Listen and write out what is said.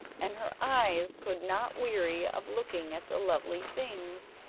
and her eyes could not weary of looking at the lovely things,